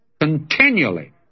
continually